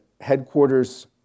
headquarters